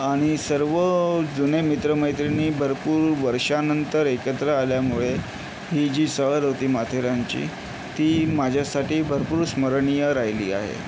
आणि सर्व जुने मित्र मैत्रिणी भरपूर वर्षानंतर एकत्र आल्यामुळे ही जी सहल होती माथेरानची ती माझ्यासाठी भरपूर स्मरणीय राहिली आहे